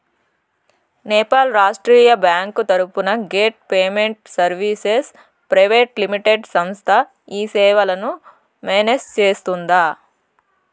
Nepal Rashtriya bank తరపున gate payment services private limited సంస్థ ఈ సేవలను మేనేజ్ సేస్తుందా?